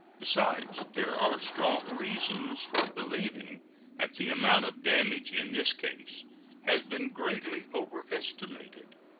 besides, there are strong reasons for believing that the amount of damage in this case has been greatly overestimated.